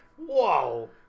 Whoa